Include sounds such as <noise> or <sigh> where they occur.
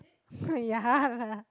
<breath> ya lah